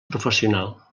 professional